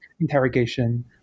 interrogation